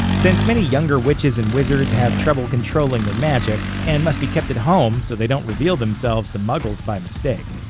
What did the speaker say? since many younger witches and wizards have trouble controlling their magic, and must be kept at home so they don't reveal themselves to muggles by mistake.